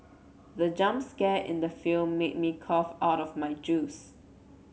the jump scare in the film made me cough out my juice